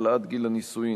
העלאת גיל הנישואין),